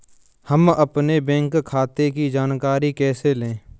हम अपने बैंक खाते की जानकारी कैसे लें?